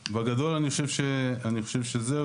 בגדול, אני חושב שזהו.